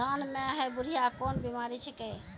धान म है बुढ़िया कोन बिमारी छेकै?